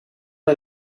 een